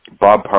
Bob